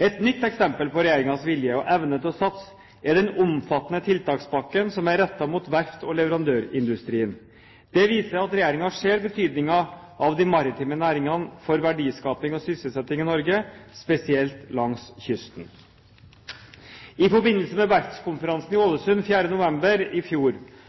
Et nytt eksempel på regjeringens vilje og evne til å satse er den omfattende tiltakspakken som er rettet mot verft og leverandørindustrien. Dette viser at regjeringen ser betydningen av de maritime næringene for verdiskaping og sysselsetting i Norge, spesielt langs kysten. I forbindelse med Verftskonferansen i Ålesund 3.–4. november i fjor